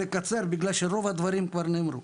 לקצר כי רוב הדברים כבר נאמרו.